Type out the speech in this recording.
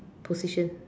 position